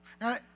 Now